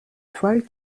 toile